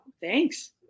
Thanks